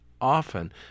often